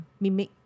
mimic